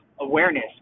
awareness